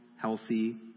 healthy